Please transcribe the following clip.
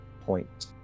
point